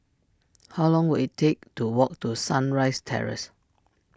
how long will it take to walk to Sunrise Terrace